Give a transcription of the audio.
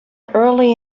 early